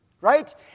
Right